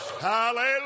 Hallelujah